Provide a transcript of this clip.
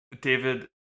David